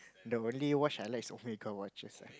the only watch I like is Omega watches